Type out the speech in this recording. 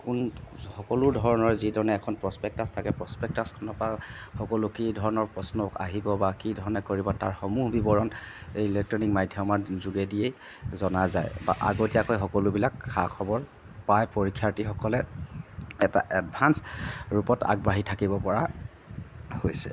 কোন সকলোধৰণৰ যিধৰণে এখন প্ৰচপেক্টাছ থাকে প্ৰচপেক্টাছখনৰ পৰা সকলো কি ধৰণৰ প্ৰশ্ন আহিব বা কি ধৰণে কৰিব তাৰ সমূহ বিবৰণ এই ইলেক্ট্ৰনিক মাধ্যমৰ যিগেদিয়ে জনা যায় বা আগতীয়াকৈ সকলোবিলাক খা খবৰ পায় পৰীক্ষাৰ্থীসকলে এটা এডভাঞ্চ ৰূপত আগবাঢ়ি থাকিব পৰা হৈছে